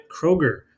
Kroger